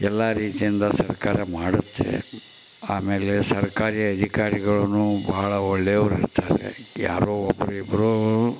ಎಲ್ಲ ರೀತಿಯಿಂದ ಸರ್ಕಾರ ಮಾಡುತ್ತೆ ಆಮೇಲೆ ಸರ್ಕಾರಿ ಅಧಿಕಾರಿಗಳೂ ಭಾಳ ಒಳ್ಳೆಯವರು ಇರ್ತಾರೆ ಯಾರೋ ಒಬ್ಬರು ಇಬ್ಬರು